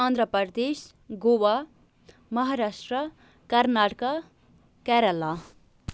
Andhra Pradesh Goa Maharashtra Karnataka Kerala